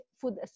food